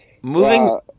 moving